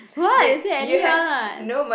what you say any one [what]